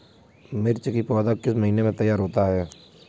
मिर्च की पौधा किस महीने में तैयार होता है?